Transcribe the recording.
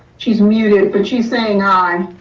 she's muted, but she's saying, aye.